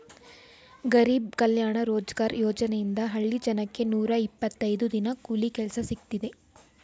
ಗರಿಬ್ ಕಲ್ಯಾಣ ರೋಜ್ಗಾರ್ ಯೋಜನೆಯಿಂದ ಹಳ್ಳಿ ಜನಕ್ಕೆ ನೂರ ಇಪ್ಪತ್ತೈದು ದಿನ ಕೂಲಿ ಕೆಲ್ಸ ಸಿಕ್ತಿದೆ